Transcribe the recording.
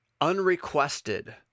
unrequested